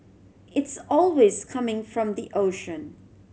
it's always coming from the ocean